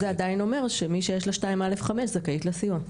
זה עדיין אומר שמי שיש לה 2(א)(5) זכאית לסיוע.